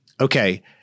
okay